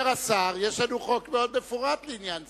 אומר השר: יש לנו חוק מאוד מפורט בעניין זה.